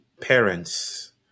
parents